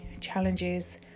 challenges